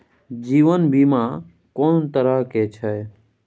जीवन बीमा कोन तरह के छै?